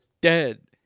Dead